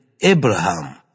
Abraham